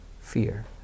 fear